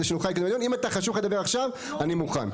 אם אתה חשוב לך לדבר עכשיו, אני מוכן.